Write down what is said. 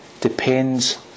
depends